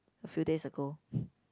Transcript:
a few days ago